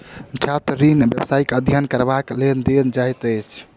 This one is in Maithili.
छात्र ऋण व्यवसायिक अध्ययन करबाक लेल देल जाइत अछि